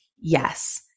yes